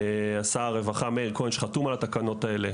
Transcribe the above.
שר הרווחה, מאיר כהן, שחתום על התקנות האלה